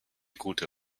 gute